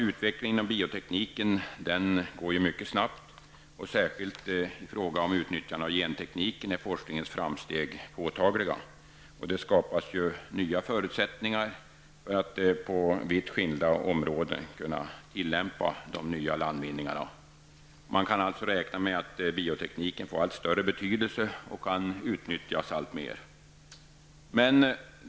Utvecklingen inom biotekniken går mycket snabbt. Särskilt i fråga om utnyttjande av genteknik är forskningens framsteg påtagliga. Det skapas nya förutsättningar för att på vitt skilda områden tillämpa de nya landvinningarna. Man kan alltså räkna att biotekniken får allt större betydelse och kan utnyttjas alltmer.